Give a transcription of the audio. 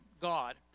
God